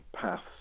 paths